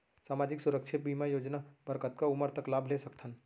सामाजिक सुरक्षा बीमा योजना बर कतका उमर तक लाभ ले सकथन?